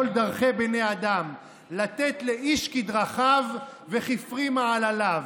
דרכי בני אדם לתת לאיש כדבריו וכפרי מעלליו".